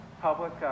public